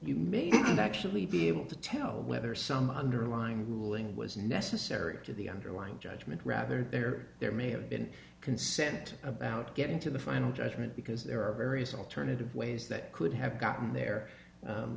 you may get actually be able to tell whether some underlying ruling was necessary to the underlying judgement rather there there may have been consent about getting to the final judgment because there are various alternative ways that could have gotten there